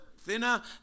thinner